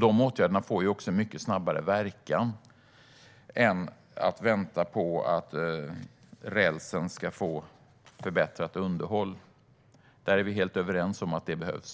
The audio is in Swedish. De åtgärderna får också mycket snabbare verkan än att vänta på att rälsen ska få förbättrat underhåll. Där är vi helt överens om att det behövs.